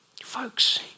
Folks